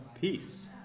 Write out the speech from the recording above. Peace